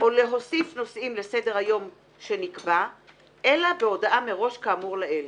או להוסיף נושאים לסדר היום שנקבע אלא בהודעה מראש כאמור לעיל.